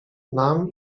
nam